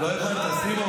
לא הבנת, סימון?